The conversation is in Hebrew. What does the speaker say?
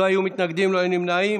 לא היו מתנגדים ולא היו נמנעים.